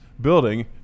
building